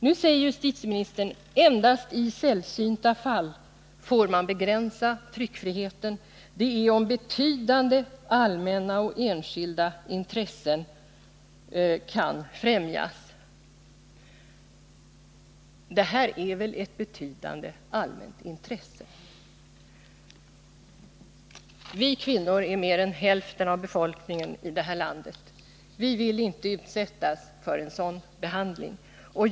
Nu säger justitieministern att endast i sällsynta fall får man begränsa tryckfriheten, och det är om betydande allmänna och enskilda intressen kan främjas. Men här är det väl fråga om just ett betydande allmänt intresse. Vi kvinnor utgör mer än hälften av befolkningen i det här landet. Vi vill inte utsättas för en sådan behandling.